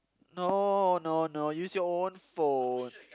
no no no use your own phone